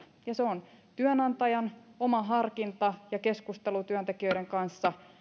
ja siinä on työnantajan oma harkinta ja keskustelu työntekijöiden kanssa